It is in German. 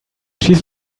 schieß